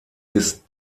ist